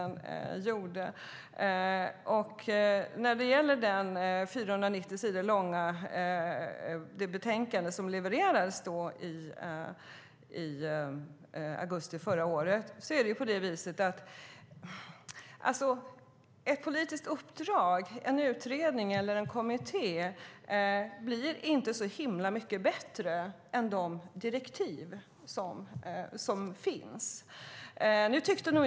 När det gäller det 490 sidor långa betänkande som levererades i augusti förra året är det på det viset att ett politiskt uppdrag, en utredning eller en kommitté, inte blir så himla mycket bättre än de direktiv som finns.